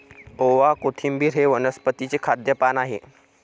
ओवा, कोथिंबिर हे वनस्पतीचे खाद्य पान आहे